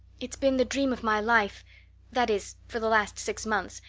it's been the dream of my life that is, for the last six months,